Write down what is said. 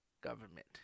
government